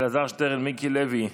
אלעזר שטרן, מיקי לוי,